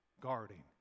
guarding